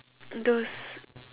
those